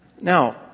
Now